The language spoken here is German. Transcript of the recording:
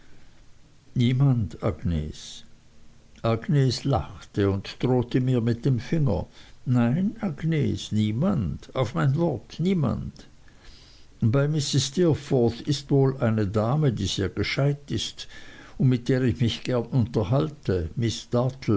niemand agnes agnes lachte und drohte mir mit dem finger nein agnes niemand auf mein wort niemand bei mrs steerforth ist wohl eine dame die sehr gescheit ist und mit der ich mich gern unterhalte miß